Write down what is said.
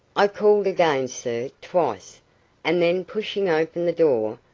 i called again, sir, twice and then, pushing open the door,